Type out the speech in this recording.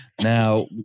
Now